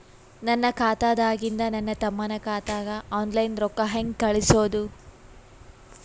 ನನ್ನ ಖಾತಾದಾಗಿಂದ ನನ್ನ ತಮ್ಮನ ಖಾತಾಗ ಆನ್ಲೈನ್ ರೊಕ್ಕ ಹೇಂಗ ಕಳಸೋದು?